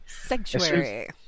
sanctuary